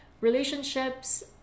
Relationships